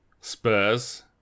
Spurs